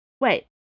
Wait